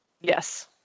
Yes